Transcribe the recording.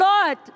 Lord